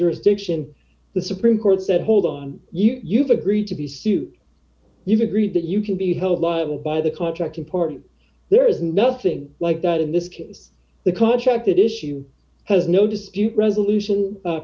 jurisdiction the supreme court said hold on you you've agreed to be sued you've agreed that you can be held liable by the contract important there is nothing like that in this case the contract issue has no dispute resolution